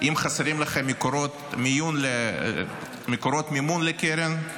אם חסרים לכם מקורות מימון לקרן,